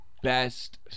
Best